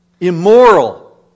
immoral